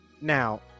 Now